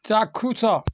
ଚାକ୍ଷୁଷ